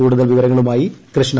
കൂടുതൽ വിവരങ്ങളുമായി കൃഷ്ണ